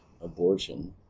abortion